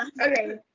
Okay